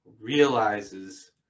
realizes